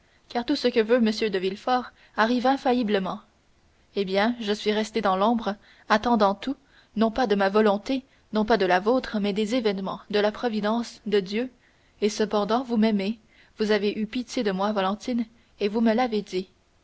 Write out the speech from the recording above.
car tout ce que veut m de villefort arrive infailliblement eh bien je suis resté dans l'ombre attendant tout non pas de ma volonté non pas de la vôtre mais des événements de la providence de dieu et cependant vous m'aimez vous avez eu pitié de moi valentine et vous me l'avez dit